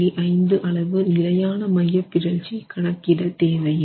5 அளவு நிலையான மையப்பிறழ்ச்சி கணக்கிட தேவையில்லை